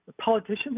Politicians